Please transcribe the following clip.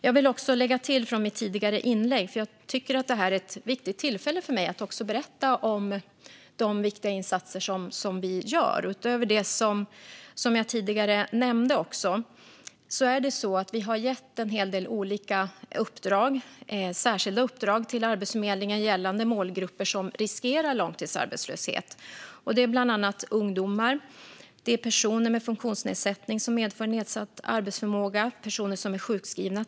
Jag vill också göra ett tillägg till mitt tidigare inlägg, för jag tycker att detta är ett viktigt tillfälle för mig att berätta om de viktiga insatser vi gör. Utöver det jag tidigare nämnde har vi gett en hel del olika, särskilda uppdrag till Arbetsförmedlingen gällande målgrupper som riskerar långtidsarbetslöshet. Det gäller bland annat ungdomar, personer med funktionsnedsättning som medför nedsatt arbetsförmåga och personer som är sjukskrivna.